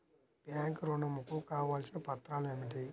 Bank ఋణం కు కావలసిన పత్రాలు ఏమిటి?